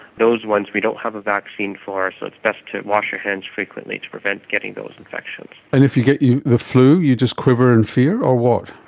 those ones we don't have a vaccine for so it's best to wash your hands frequently to prevent getting those infections. and if you get the flu, you just quiver in fear or what?